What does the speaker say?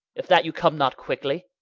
if that you come not quickly.